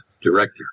director